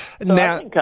Now